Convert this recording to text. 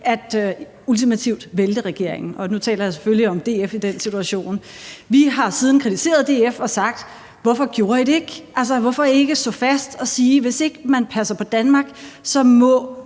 til ultimativt at vælte regeringen. Nu taler jeg selvfølgelig om DF i den situation. Vi har siden kritiseret DF og spurgt: Hvorfor gjorde I det ikke? Hvorfor ikke stå fast og sige: Hvis ikke man passer på Danmark, så må